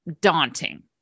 daunting